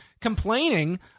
complaining